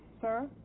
Sir